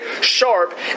sharp